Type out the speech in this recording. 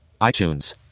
iTunes